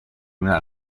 una